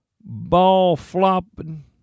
ball-flopping